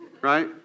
right